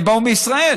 הם באו מישראל.